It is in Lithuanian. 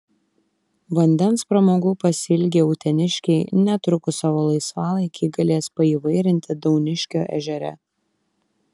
vandens pramogų pasiilgę uteniškiai netrukus savo laisvalaikį galės paįvairinti dauniškio ežere